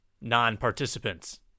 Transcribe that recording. non-participants